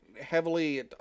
heavily